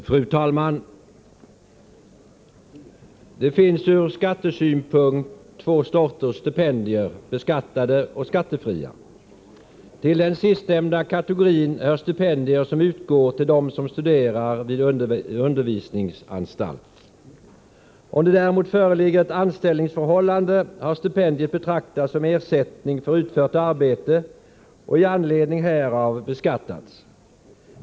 Fru talman! Det finns ur skattesynpunkt två sorters stipendier, beskattade och skattefria. Till den sistnämnda kategorin hör stipendier som utgår till 47 dem som studerar vid undervisningsanstalt. Om det däremot föreligger ett anställningsförhållande, har stipendiet betraktats som ersättning för utfört arbete och i anledning härav beskattats.